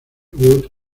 wood